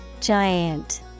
Giant